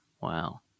Wow